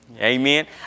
Amen